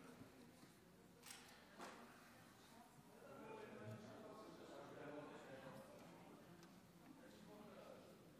כבוד היו"ר,